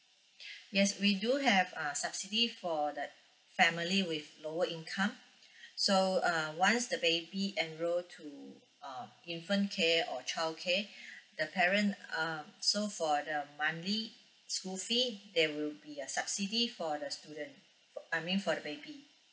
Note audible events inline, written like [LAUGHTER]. yes we do have uh subsidy for the family with lower income so uh once the baby enroll to uh infant care or childcare [BREATH] the parent uh so for the monthly school fee there will be a subsidy for the student I mean for the baby